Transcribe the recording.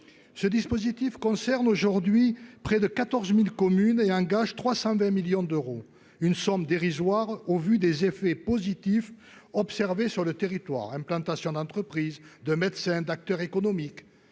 ce dispositif concerne aujourd'hui près de 14000 communes et un gage 320 millions d'euros, une somme dérisoire au vu des effets positifs observés sur le territoire, implantation d'entreprises de médecins d'acteurs économiques,